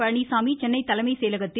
பழனிசாமி சென்னை தலைமைச் செயலகத்தில்